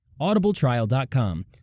audibletrial.com